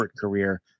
career